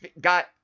got